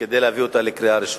כדי להביא אותה לקריאה ראשונה.